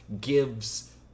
Gives